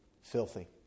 filthy